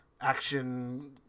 Action